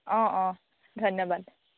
অঁ অঁ ধন্যবাদ